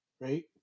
right